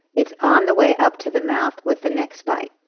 it's on the way up to the mouth with the next bite.